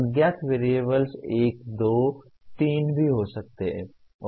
अज्ञात वेरिएबल्स एक दो तीन भी हो सकते हैं